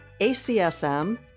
ACSM